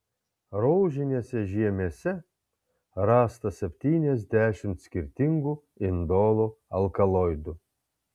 rožinėse žiemėse rasta septyniasdešimt skirtingų indolo alkaloidų